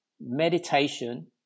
meditation